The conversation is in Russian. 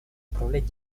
управлять